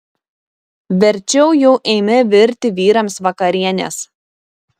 verčiau jau eime virti vyrams vakarienės